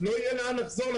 לא יהיה לעסקים לאן לחזור.